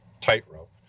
tightrope